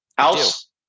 House